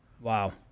Wow